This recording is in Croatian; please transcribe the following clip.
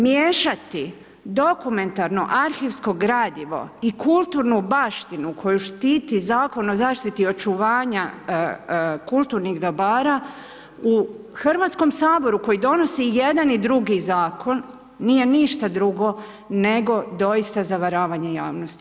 Miješati dokumentarno arhivsko gradivo i kulturnu baštinu koju štitit Zakon o zaštiti očuvanja kulturnih dobara, u Hrvatskom saboru koji donosi jedna i drugi zakon, nije ništa drugo nego doista zavaravanje javnosti.